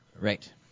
right